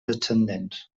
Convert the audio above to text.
descendents